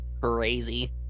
Crazy